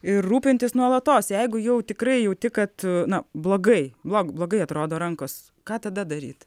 ir rūpintis nuolatos jeigu jau tikrai jauti kad na blogai blog blogai atrodo rankos ką tada daryt